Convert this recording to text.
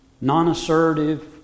non-assertive